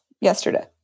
yesterday